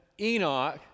Enoch